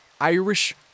Irish